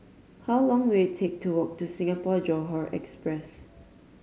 how long will it take to walk to Singapore Johore Express